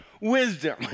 wisdom